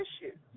issues